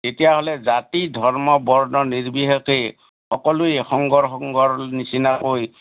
তেতিয়াহ'লে জাতি ধৰ্ম বৰ্ণ নিৰ্বিশেষে সকলোৱে শংকৰ সংঘৰ নিচিনাকৈ